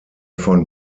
von